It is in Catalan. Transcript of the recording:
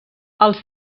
els